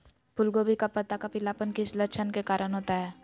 फूलगोभी का पत्ता का पीलापन किस लक्षण के कारण होता है?